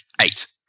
eight